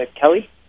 Kelly